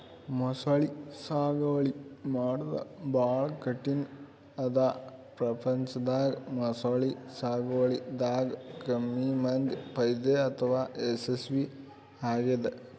ಮೊಸಳಿ ಸಾಗುವಳಿ ಮಾಡದ್ದ್ ಭಾಳ್ ಕಠಿಣ್ ಅದಾ ಪ್ರಪಂಚದಾಗ ಮೊಸಳಿ ಸಾಗುವಳಿದಾಗ ಕಮ್ಮಿ ಮಂದಿಗ್ ಫೈದಾ ಅಥವಾ ಯಶಸ್ವಿ ಆಗ್ಯದ್